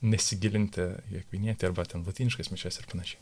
nesigilinti akvinietį arba ten lotyniškas mišias ir panašiai